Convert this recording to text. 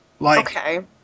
Okay